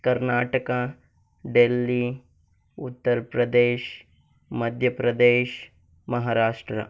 Karnataka Delhi Uttar Pradesh Madhya Pradesh Maharashtra